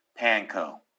Panko